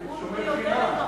נאמן.